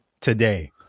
today